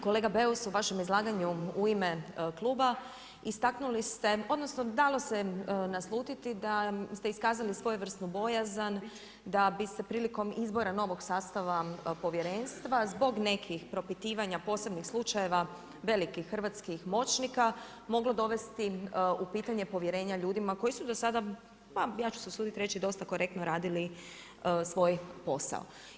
Kolega Beus, u vašem izlaganju u ime kluba istaknuli ste, odnosno dalo se naslutiti da ste iskazali svojevrsnu bojazan da bi se prilikom izbora novog sastava povjerenstva zbog nekih propitivanja posebnih slučajeva velikih hrvatskih moćnika moglo dovesti u pitanje povjerenja ljudima koji su do sada, ma ja ću se usuditi reći, dosta korektno radili svoj posao.